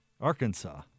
Arkansas